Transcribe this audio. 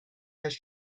has